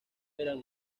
eran